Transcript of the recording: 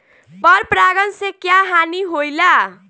पर परागण से क्या हानि होईला?